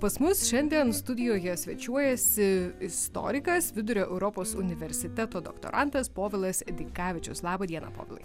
pas mus šiandien studijoje svečiuojasi istorikas vidurio europos universiteto doktorantas povilas dikavičius laba diena povilai